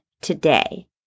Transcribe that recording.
today